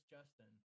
Justin